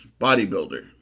bodybuilder